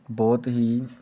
ਬਹੁਤ ਹੀ